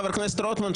חבר הכנסת רוטמן,